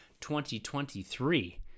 2023